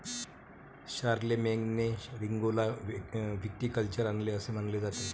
शारलेमेनने रिंगौला व्हिटिकल्चर आणले असे मानले जाते